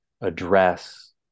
address